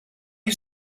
you